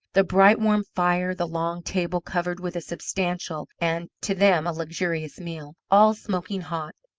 the bright warm fire, the long table, covered with a substantial, and, to them, a luxurious meal, all smoking hot.